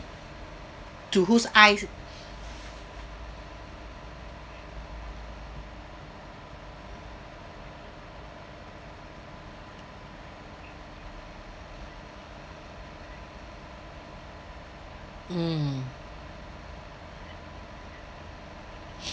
to whose eyes mm